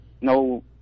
no